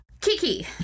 Kiki